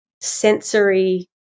sensory